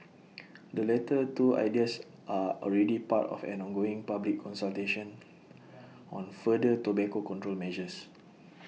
the latter two ideas are already part of an ongoing public consultation on further tobacco control measures